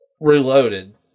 Reloaded